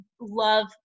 love